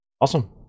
Awesome